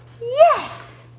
Yes